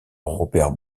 robert